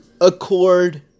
Accord